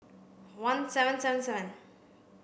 one seven seven seven